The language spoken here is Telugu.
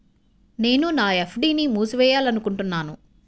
నేను నా ఎఫ్.డీ ని మూసివేయాలనుకుంటున్నాను